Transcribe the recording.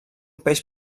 peix